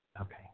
Okay